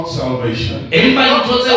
salvation